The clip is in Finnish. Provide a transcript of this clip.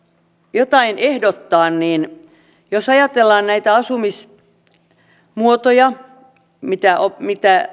jotain ehdottaa niin jos ajatellaan näitä asumismuotoja mitä